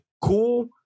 cool